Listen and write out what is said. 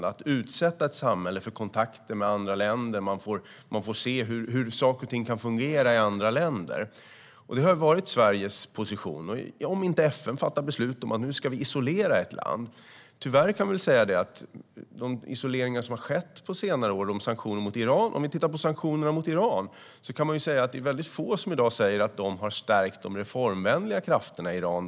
Om ett samhälle utsätts för kontakter med andra länder får man se hur saker och ting kan fungera i andra länder. Det är Sveriges position om inte FN fattar beslut om att vi ska isolera ett land. Tyvärr är det få i dag som säger att de sanktioner som har varit mot Iran har stärkt de reformvänliga krafterna i Iran.